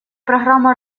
программа